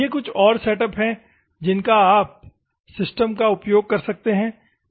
ये कुछ और सेटअप हैं जिनका आप सिस्टम का उपयोग कर सकते हैं